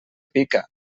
pica